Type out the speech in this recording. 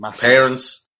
parents